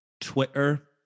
Twitter